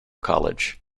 college